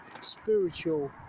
spiritual